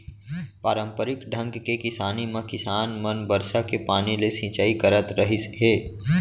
पारंपरिक ढंग के किसानी म किसान मन बरसा के पानी ले सिंचई करत रहिस हे